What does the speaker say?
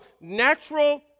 natural